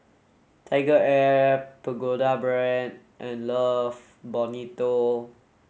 TigerAir Pagoda Brand and Love Bonito